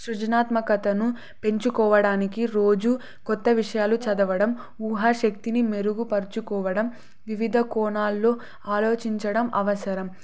సృజనాత్మకతను పెంచుకోవడానికి రోజు కొత్త విషయాలు చదవడం ఊహా శక్తిని మెరుగుపరుచుకోవడం వివిధ కోణాల్లో ఆలోచించడం అవసరం